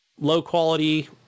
low-quality